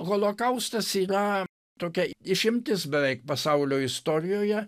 holokaustas yra tokia išimtis beveik pasaulio istorijoje